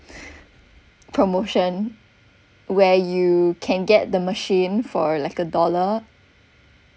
promotion where you can get the machine for like a dollar